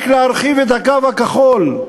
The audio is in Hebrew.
רק להרחיב את הקו הכחול.